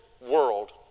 world